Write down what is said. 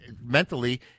mentally